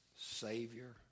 Savior